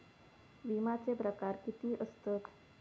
विमाचे प्रकार किती असतत?